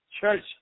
church